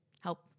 help